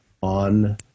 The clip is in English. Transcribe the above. on